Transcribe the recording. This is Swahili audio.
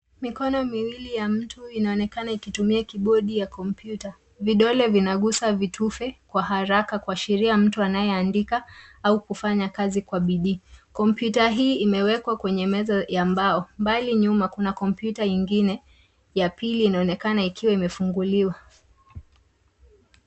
Mikono miwili ya mtu inaonekana ikitumia kibodi ya kompyuta. Vidole vinagusa vitufe kwa haraka kuashiria mtu anayeandika au kufanya kazi kwa bidii. Kompyuta hii imewekwa kwenye meza ya mbao mbali nyuma kuna kompyuta ingine ya pili inaonekana ikiwa imefunguliwa.